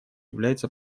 является